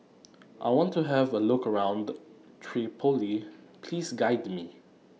I want to Have A Look around Tripoli Please Guide Me